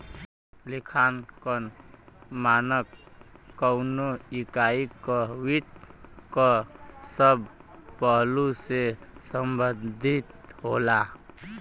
लेखांकन मानक कउनो इकाई क वित्त क सब पहलु से संबंधित होला